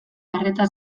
arreta